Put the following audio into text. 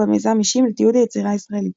במיזם "אישים" לתיעוד היצירה הישראלית